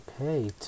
Okay